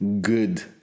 good